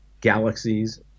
galaxies